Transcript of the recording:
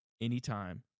anytime